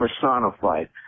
personified